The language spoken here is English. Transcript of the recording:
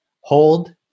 hold